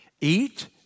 Eat